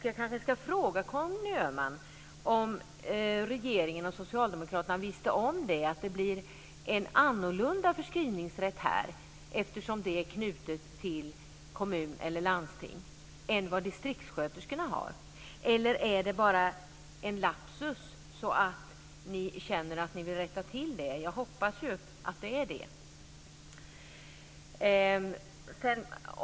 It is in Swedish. Jag kanske ska fråga Conny Öhman om regeringen och socialdemokraterna visste om att det blir en annorlunda förskrivningsrätt här, eftersom det är knutet till kommun eller landsting, än vad distriktssköterskorna har, eller om det bara en lapsus så att ni känner att ni vill rätta till det. Jag hoppas att det är det.